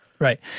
Right